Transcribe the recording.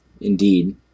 Indeed